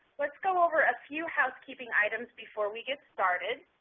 let's go over a few housekeeping items before we get started.